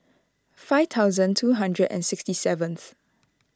five thousand two hundred and sixty seventh